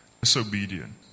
disobedient